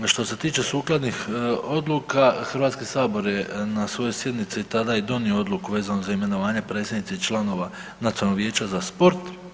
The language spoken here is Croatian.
Što se tiče sukladnih odluka Hrvatski sabor je na svojoj sjednici tada i donio odluku vezano za imenovanje predsjednice i članova Nacionalnog vijeća za sport.